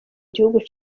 gihugu